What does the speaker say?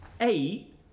eight